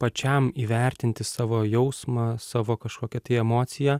pačiam įvertinti savo jausmą savo kažkokią tai emociją